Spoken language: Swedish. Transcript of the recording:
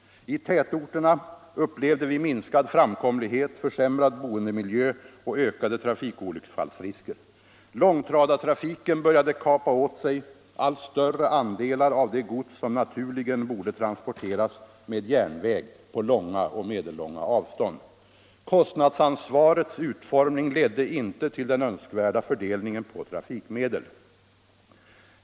I tätorterna upplevde vi minskad framkomlighet, försämrad boendemiljö och ökade trafikolycksfallsrisker. Långtradartrafiken började kapa åt sig allt större andelar av det gods som naturligen borde transporteras med järnväg på långa och medellånga avstånd. Kostnadsansvarets utformning ledde inte till den önskvärda fördelningen på trafikmedel.